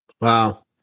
Wow